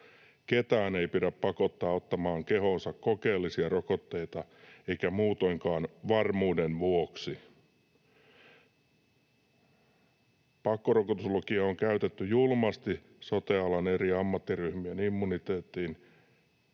Ketään ei pidä pakottaa ottamaan kehoonsa kokeellisia rokotteita eikä muutoinkaan varmuuden vuoksi. Pakkorokotuslakia on käytetty julmasti sote-alan eri ammattiryhmien painostamiseen